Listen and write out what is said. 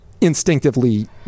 instinctively